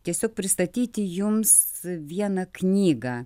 tiesiog pristatyti jums vieną knygą